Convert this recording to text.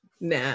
Nah